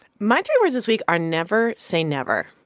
my three words this week are, never say never.